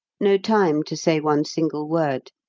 no time to say one single word.